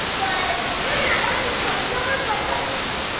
but we're gonna open our silver play button now.